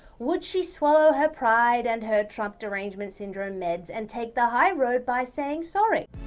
would she swallow her pride and her trump derangement syndrome meds and take the high road by saying sorry?